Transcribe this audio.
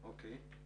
אוקיי.